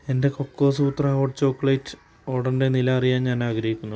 എന്റെ കൊക്കോസൂത്ര hot chocolate ഓഡറിന്റെ നില അറിയാൻ ഞാനാഗ്രഹിക്കുന്നു